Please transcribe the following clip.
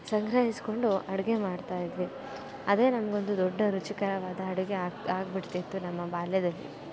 ಸಂಗ್ರಹಿಸಿಕೊಂಡು ಅಡಿಗೆ ಮಾಡ್ತಾಯಿದ್ವಿ ಅದೇ ನಮಗೊಂದು ದೊಡ್ಡ ರುಚಿಕರವಾದ ಅಡುಗೆ ಆಗಿ ಆಗಿಬಿಟ್ತಿತ್ತು ನಮ್ಮ ಬಾಲ್ಯದಲ್ಲಿ